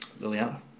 Liliana